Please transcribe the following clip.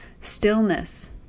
Stillness